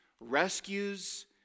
rescues